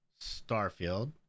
Starfield